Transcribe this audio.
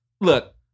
look